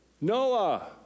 noah